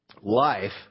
life